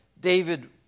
David